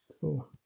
Cool